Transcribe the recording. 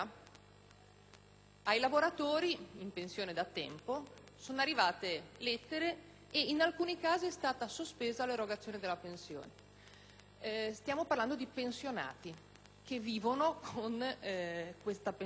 ai lavoratori in pensione sono da tempo arrivate lettere ed in alcuni casi è stata sospesa l'erogazione della pensione. Stiamo parlando di persone che vivono di pensione.